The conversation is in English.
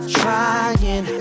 trying